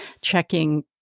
checking